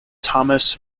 thomas